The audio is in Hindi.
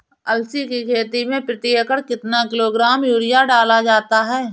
अलसी की खेती में प्रति एकड़ कितना किलोग्राम यूरिया डाला जाता है?